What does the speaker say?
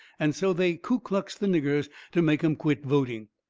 and so they ku kluxed the niggers to make em quit voting.